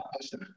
Pasta